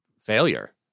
failure